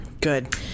Good